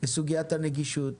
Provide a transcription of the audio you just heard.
לסוגיית הנגישות.